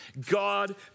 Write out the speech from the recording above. God